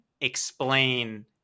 explain